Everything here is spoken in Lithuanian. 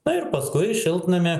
nu ir paskui šiltnamį